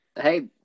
Hey